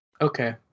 Okay